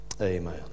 Amen